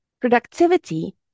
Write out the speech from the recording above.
Productivity